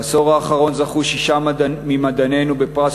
בעשור האחרון זכו שישה ממדענינו בפרס